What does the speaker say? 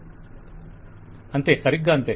client అంతే సరిగ్గా అంతే